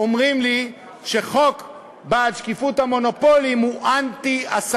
אומרים לי שחוק בעד שקיפות המונופולים הוא אנטי-עסקים.